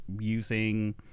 using